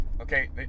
Okay